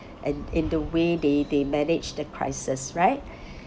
and in the way they they managed the crisis right